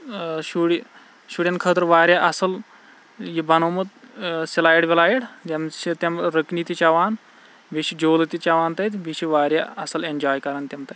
شُرۍ شُرٮ۪ن خٲطرٕ وارِیاہ اَصٕل یہِ بَنومُت سِلایِڈ وِلایِڈ یِم چھِ تِم رکنہ تہِ چیٚوان بیٚیہ چھِ جولہ تہِ چیٚوان تَتہِ بیٚیہِ چھِ وارِیاہ اَصٕل ایٚنجاے کَران تِم تَتہِ